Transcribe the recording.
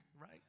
right